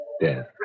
death